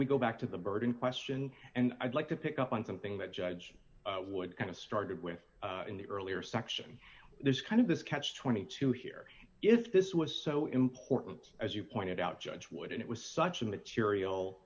we go back to the bird in question and i'd like to pick up on something that judge would kind of started with in the earlier section there's kind of this catch twenty two here if this was so important as you pointed out judge wood and it was such a